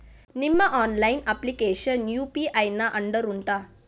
ನಿಮ್ಮ online application UPI ನ under ಉಂಟಾ